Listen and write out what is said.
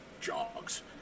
jogs